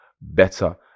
better